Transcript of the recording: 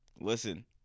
Listen